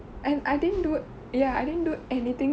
and I didn't do ya I didn't do anything